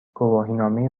گواهینامه